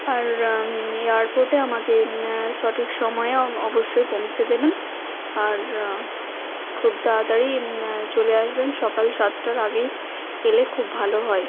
আর এয়ারপোর্টে আমাকে সঠিক সময়ে অও অবশ্যই পৌঁছে দেবেন আর খুব তাড়াতাড়ি চলে আসবেন সকাল সাতটার আগেই এলে খুব ভালো হয়